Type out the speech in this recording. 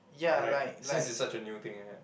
right since it's such a new thing